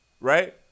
right